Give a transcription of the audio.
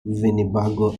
winnebago